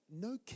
No